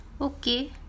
okay